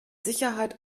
sicherheit